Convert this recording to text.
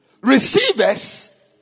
Receivers